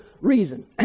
reason